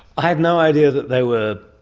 i had no idea that they were.